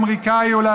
אמריקני אולי,